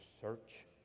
search